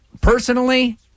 Personally